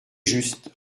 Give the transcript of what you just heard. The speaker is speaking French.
juste